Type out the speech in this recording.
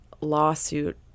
lawsuit